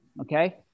okay